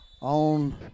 on